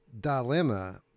dilemma